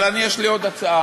אבל אני, יש לי עוד הצעה.